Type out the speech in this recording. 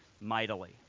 mightily